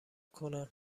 کنم